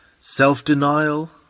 self-denial